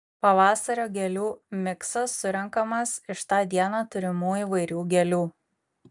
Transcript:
pavasario gėlių miksas surenkamas iš tą dieną turimų įvairių gėlių